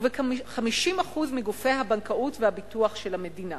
ובכ-50% מגופי הבנקאות והביטוח של המדינה.